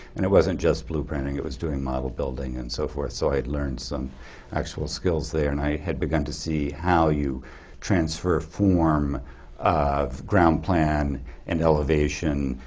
and it wasn't just blueprinting. it was doing model building and so forth, so i had learned some actual skills there. and i had begun to see how you transfer form of ground plan and elevation,